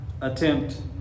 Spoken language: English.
attempt